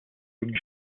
wing